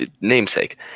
Namesake